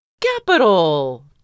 Capital